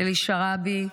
אלי שרעבי,